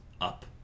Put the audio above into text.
up